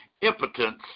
impotence